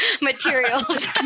materials